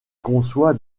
conçoit